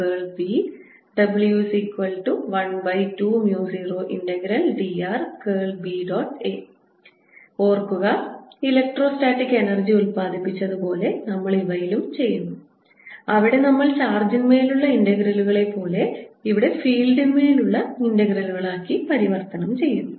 A ഓർക്കുക electrostatic energy ഉത്പാദിപ്പിച്ചതുപോലെ നമ്മൾ ഇവയിലും ചെയ്യുന്നു അവിടെ നമ്മൾ ചാർജിന്മേലുള്ള ഇൻറഗ്രലുകളെപോലെ ഇവിടെ ഫീൽഡിന്മേലുള്ള ഇന്റഗ്രലുകളാക്കി പരിവർത്തനം ചെയ്യുന്നു